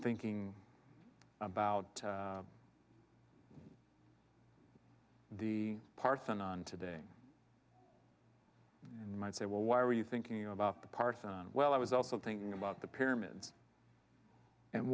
thinking about the parthenon today and might say well why are you thinking about the parthenon well i was also thinking about the pyramids and